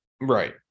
Right